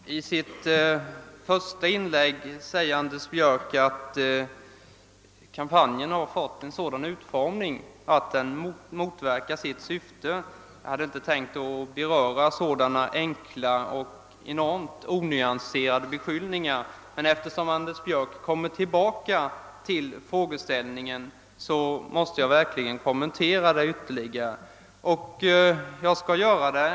Herr talman! I sitt första inlägg säger Anders Björck att kampanjen har fått en sådan utformning att den motverkar sitt syfte. Jag hade inte tänkt besvara sådana enkla och enormt onyanserade beskyllningar, men eftersom Anders Björck kommer tillbaka till detta måste jag verkligen kommentera den ytterligare.